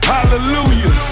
Hallelujah